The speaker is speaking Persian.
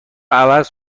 عوض